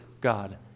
God